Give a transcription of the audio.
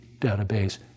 database